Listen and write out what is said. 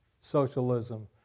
socialism